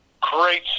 great